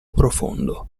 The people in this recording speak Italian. profondo